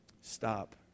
Stop